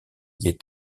est